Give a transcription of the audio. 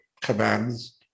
commands